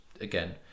again